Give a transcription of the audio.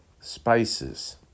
spices